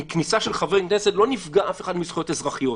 מכניסה של חברי כנסת לא נפגע אף אחד מהזכויות האזרחיות.